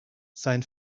seien